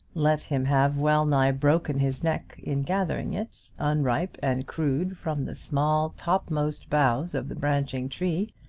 let him have well-nigh broken his neck in gathering it, unripe and crude, from the small topmost boughs of the branching tree,